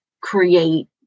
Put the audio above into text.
create